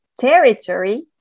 territory